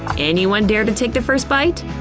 anyone dare to take the first bit?